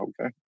Okay